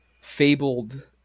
fabled